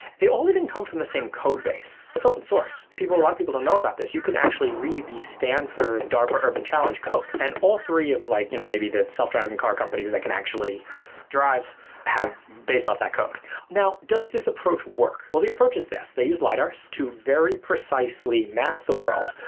they all even come from the same codebase. it's open source. a lot of people don't know about this. you can actually read the stanford darpa urban challenge code, and all three of like you know maybe that self-driving car companies that can actually drive have based off that code now does this approach work? well, the approach is this, they use lidars to very precisely map the world,